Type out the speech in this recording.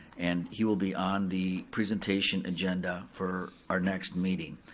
and he will be on the presentation agenda for our next meeting.